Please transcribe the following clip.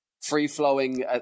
free-flowing